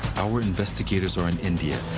our investigators are in india,